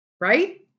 Right